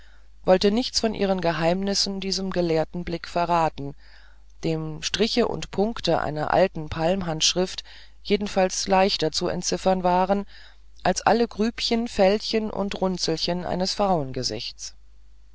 wollte nichts von ihren geheimnissen diesem gelehrten blick verraten dem die striche und punkte einer alten palmhandschrift jedenfalls leichter zu entziffern waren als alle grübchen fältchen und runzelchen eines